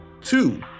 Two